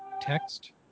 text